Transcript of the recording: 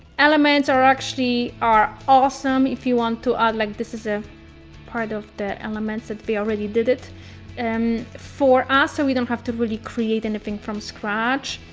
elements are actually awesome. if you want to add, like this is a part of the elements that we already did it um for us. so we don't have to really create anything from scratch.